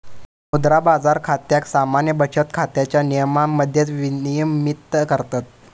मुद्रा बाजार खात्याक सामान्य बचत खात्याच्या नियमांमध्येच विनियमित करतत